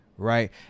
Right